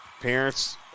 parents